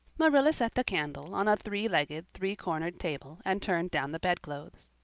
marilla set the candle on a three-legged, three-cornered table and turned down the bedclothes.